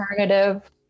alternative